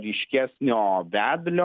ryškesnio vedlio